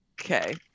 okay